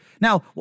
Now